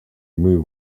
move